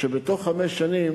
שבתוך חמש שנים